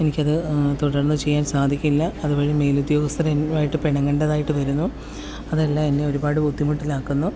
എനിക്കത് തുടർന്ന് ചെയ്യാൻ സാധിക്കില്ല അതുവഴി മേലുദ്യോഗസ്ഥരുമായിട്ട് പിണങ്ങേണ്ടതായിട്ട് വരുന്നു അതെല്ലാം എന്നെ ഒരുപാട് ബുദ്ധിമുട്ടിലാക്കുന്നു